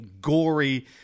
gory